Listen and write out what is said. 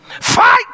Fight